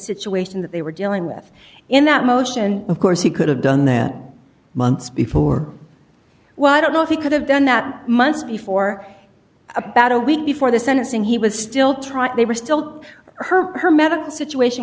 situation that they were dealing with in that motion of course he could have done that months before well i don't know if he could have done that months before about a week before the sentencing he was still trying they were still her her medical situation